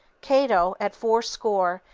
cato, at fourscore,